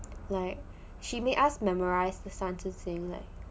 like she made us memorise the sentencing